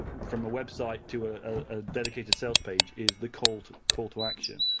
from a website to ah a dedicated sales page, is the call to call to action.